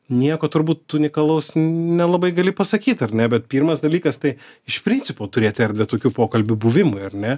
nieko turbūt unikalaus nelabai gali pasakyt ar ne bet pirmas dalykas tai iš principo turėt erdvę tokių pokalbių buvimui ar ne